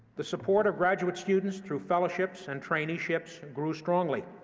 the support of graduate students through fellowships and traineeships grew strongly,